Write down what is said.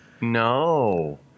no